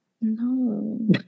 no